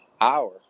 hour